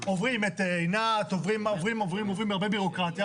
עוברים את עינת, עוברים, עוברים הרבה בירוקרטיה.